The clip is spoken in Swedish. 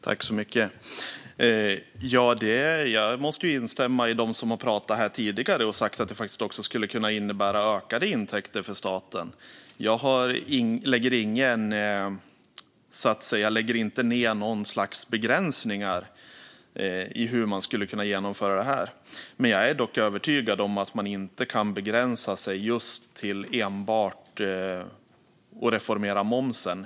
Fru talman! Jag måste instämma med dem som har pratat här tidigare och sagt att det faktiskt också skulle kunna innebära ökade intäkter för staten. Jag lägger inte några begränsningar för hur man skulle kunna genomföra detta. Men jag är övertygad om att man inte kan begränsa sig till att enbart reformera momsen.